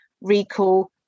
recall